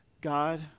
God